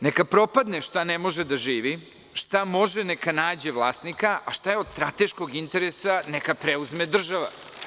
Neka propadne šta ne može da živi, šta može neka nađe vlasnika, a šta je od strateškog interesa neka preuzme država.